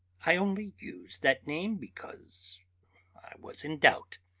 i only used that name because i was in doubt.